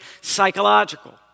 psychological